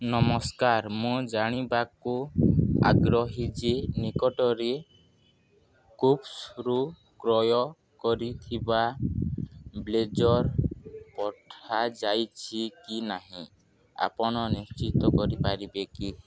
ନମସ୍କାର ମୁଁ ଜାଣିବାକୁ ଆଗ୍ରହୀ ଯେ ନିକଟରେ କୁଭ୍ସରୁ କ୍ରୟ କରିଥିବା ବ୍ଲେଜର୍ ପଠାଯାଇଛି କି ନାହିଁ ଆପଣ ନିଶ୍ଚିତ କରିପାରିବେ କି